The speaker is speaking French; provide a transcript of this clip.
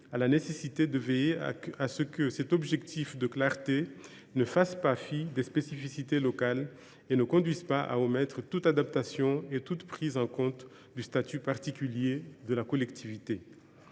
à la nécessité de veiller à ce que cet objectif de clarté ne fasse pas fi des spécificités locales et ne conduise pas à omettre toute adaptation et toute prise en compte du statut particulier de la collectivité.